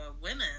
women